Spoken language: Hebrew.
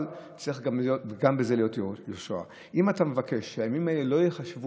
אבל צריכה גם בזה להיות יושרה: אם אתה מבקש שהימים האלה לא ייחשבו